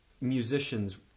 musicians